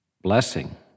blessing